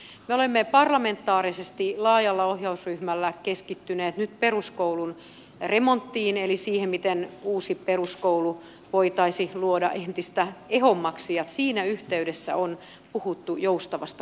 me olemme parlamentaarisesti laajalla ohjausryhmällä keskittyneet nyt peruskoulun remonttiin eli siihen miten uusi peruskoulu voitaisiin luoda entistä ehommaksi ja siinä yhteydessä on puhuttu joustavasta koulupäivästä